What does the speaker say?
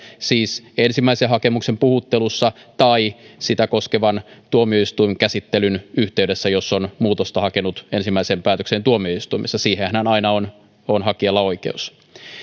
siis ensimmäisen hakemuksen puhuttelussa tai sitä koskevan tuomioistuinkäsittelyn yhteydessä jos on muutosta hakenut ensimmäiseen päätökseen tuomioistuimessa siihenhän aina on hakijalla oikeus